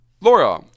Laura